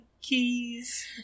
Keys